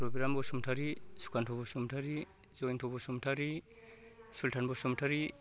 Rabiram Basumatary Sukanta Basumatary Jayanta Basumatary Sultan Basumatary